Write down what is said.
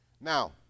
Now